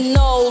no